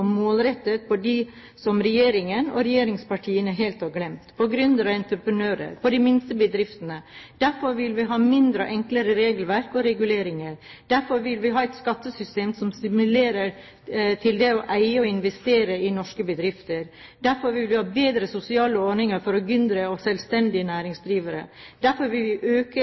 målrettet på dem som regjeringen og regjeringspartiene helt har glemt: på gründere og entreprenører – på de minste bedriftene. Derfor vil vi ha mindre og enklere regelverk og reguleringer. Derfor vil vi ha et skattesystem som stimulerer til det å eie og investere i norske bedrifter. Derfor vil vi ha bedre sosiale ordninger for gründere og selvstendig næringsdrivende. Derfor vil vi øke